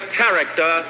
character